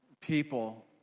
people